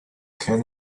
can